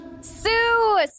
Sue